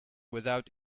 without